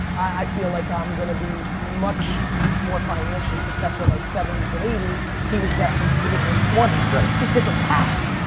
i feel like i'm going to be much more financially successful in my seventies and eighties he was destined to do it in his twenties just different paths,